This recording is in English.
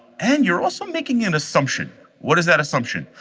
and you're also making an assumption. what is that assumption?